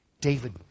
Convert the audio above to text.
David